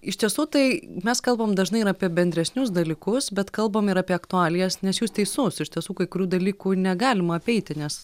iš tiesų tai mes kalbam dažnai ir apie bendresnius dalykus bet kalbam ir apie aktualijas nes jūs teisus iš tiesų kai kurių dalykų negalima apeiti nes